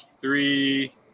three